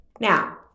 Now